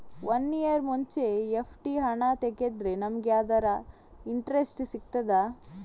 One year ಮುಂಚೆ FD ಹಣ ತೆಗೆದ್ರೆ ನಮಗೆ ಅದರ ಇಂಟ್ರೆಸ್ಟ್ ಸಿಗ್ತದ?